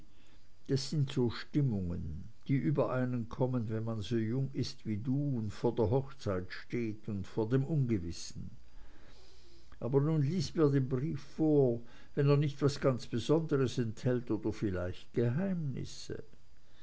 das sind so stimmungen die über einen kommen wenn man so jung ist wie du und vor der hochzeit steht und vor dem ungewissen aber nun lies mir den brief vor wenn er nicht was ganz besonderes enthält oder vielleicht geheimnisse